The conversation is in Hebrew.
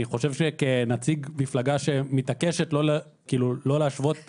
אני חושב שכנציג מפלגה שמתעקשת לא להשוות גיוס,